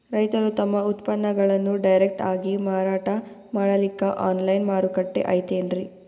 ರೈತರು ತಮ್ಮ ಉತ್ಪನ್ನಗಳನ್ನು ಡೈರೆಕ್ಟ್ ಆಗಿ ಮಾರಾಟ ಮಾಡಲಿಕ್ಕ ಆನ್ಲೈನ್ ಮಾರುಕಟ್ಟೆ ಐತೇನ್ರೀ?